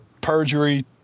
perjury